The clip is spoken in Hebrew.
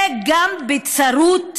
וגם בצרות